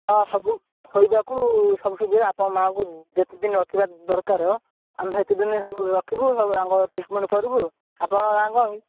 ହଁ ସବୁ ଖୋଇବାକୁ ସବୁ ସୁବିଧା ଆପଣ ମାନଙ୍କୁ ଯେତେ ଦିନ ରଖିବା ଦରକାର ଆମେ ସେତେଦିନ ସବୁ ରଖିବୁ ସବୁ ତାଙ୍କ ଟ୍ରିଟମେଣ୍ଟ କରିବୁ ଆପଣଙ୍କ ନାଁ କଣ କି